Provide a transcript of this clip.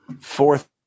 fourth